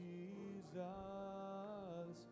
Jesus